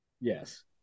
Yes